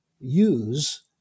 use